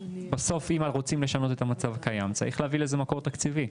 בסוף אם אנחנו רוצים לשנות את המצב הקיים צריך להביא לזה מקור תקציבי.